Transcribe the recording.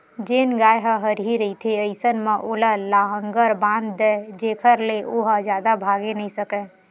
जेन गाय ह हरही रहिथे अइसन म ओला लांहगर बांध दय जेखर ले ओहा जादा भागे नइ सकय